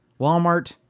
Walmart